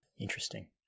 Interesting